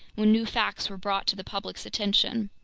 when new facts were brought to the public's attention.